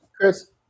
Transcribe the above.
Chris